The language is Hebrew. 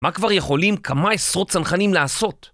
מה כבר יכולים כמה עשרות צנחנים לעשות?